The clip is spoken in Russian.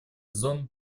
зон